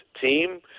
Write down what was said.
team